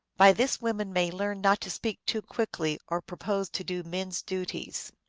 by this women may learn not to speak too quickly, or propose to do men s duties.